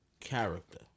character